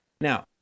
Now